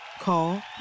Call